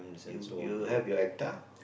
you you have your hectre